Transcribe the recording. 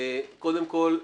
קודם כל,